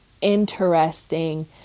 interesting